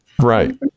Right